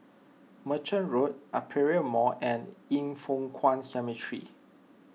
Merchant Road Aperia Mall and Yin Foh Kuan Cemetery